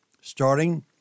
starting